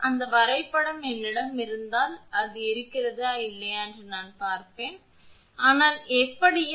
அந்த வரைபடம் என்னிடம் இருந்தால் அது இருக்கிறதா இல்லையா என்பதை நான் பார்ப்பேன் அது இங்கே இல்லை ஆனால் எப்படியும்